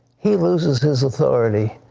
he loses his authority.